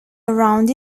around